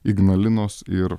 ignalinos ir